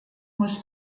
muss